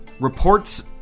reports